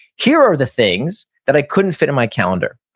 here are the things that i couldn't fit in my calendar.